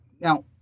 now